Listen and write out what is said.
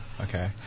Okay